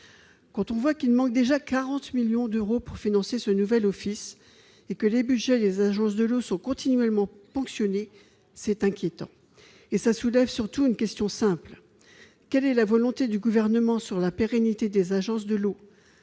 Quand on voit qu'il manque déjà 40 millions d'euros pour financer ce nouvel office et que les budgets des agences de l'eau sont continuellement ponctionnés, c'est inquiétant. Et cela soulève surtout une question simple : quelle est la volonté du Gouvernement sur la pérennité des agences de l'eau ?